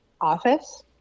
office